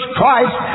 Christ